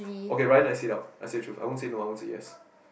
okay Ryan I sit out I say truth I won't say no I want say yes